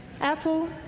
Apple